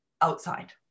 outside